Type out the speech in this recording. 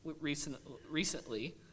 recently